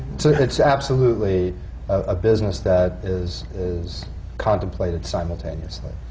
so it's absolutely a business that is is contemplated simultaneously.